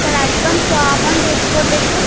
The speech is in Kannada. ಸರ್ ಅಡ್ವಾನ್ಸು ಆ ಅಮೌಂಟ್ ಎಷ್ಟು ಕೊಡಬೇಕು